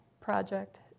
project